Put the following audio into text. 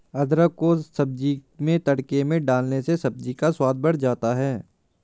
अदरक को सब्जी में तड़के में डालने से सब्जी का स्वाद बढ़ जाता है